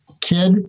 Kid